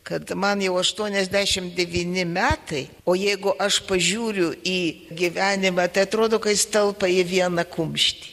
kad man jau aštuoniasdešimt devyni metai o jeigu aš pažiūriu į gyvenimą tai atrodo kad jis telpa į vieną kumštį